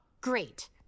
Great